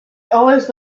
always